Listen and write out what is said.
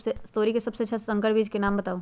तोरी के सबसे अच्छा संकर बीज के नाम बताऊ?